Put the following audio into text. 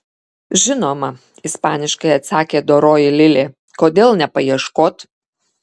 žinoma ispaniškai atsakė doroji lilė kodėl nepaieškot